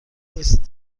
نیست